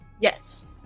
Yes